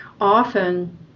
often